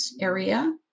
area